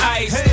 ice